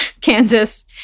kansas